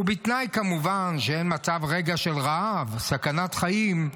ובתנאי כמובן שאין רגע של רעב, סכנת חיים,